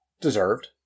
Deserved